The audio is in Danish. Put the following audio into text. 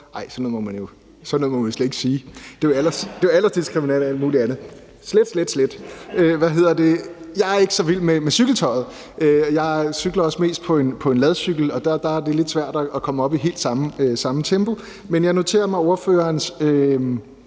Ej, sådan noget må man slet ikke sige. Det er jo aldersdiskriminerende og alt muligt andet – slet, slet, slet. Jeg er ikke så vild med cykeltøjet. Jeg cykler også mest på en ladcykel, og der er det lidt svært at komme op i helt samme tempo. Men jeg noterer mig ordførerens